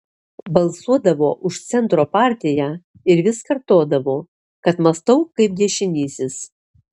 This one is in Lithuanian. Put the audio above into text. balsuodavo už centro partiją ir vis kartodavo kad mąstau kaip dešinysis